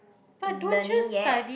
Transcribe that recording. learning yet